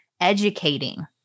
educating